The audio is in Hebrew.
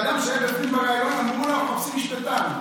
לאדם שהיה בפנים בריאיון אמרו: אנחנו מחפשים משפטן.